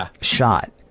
shot